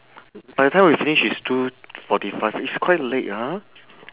by the time we finish it's two forty five it's quite late ha